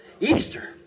Easter